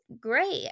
great